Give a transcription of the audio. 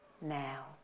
now